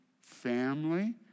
family